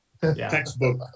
Textbook